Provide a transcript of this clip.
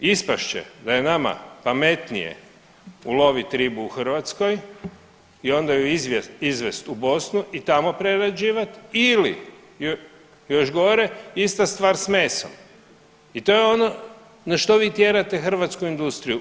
Ispast će da je nama pametnije ulovit ribu u Hrvatskoj i onda je izvesti u Bosnu i tamo prerađivat ili još gore ista stvar s mesom i to je ono na što vi tjerate hrvatsku industriju.